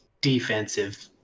defensive